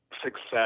success